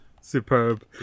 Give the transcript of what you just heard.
superb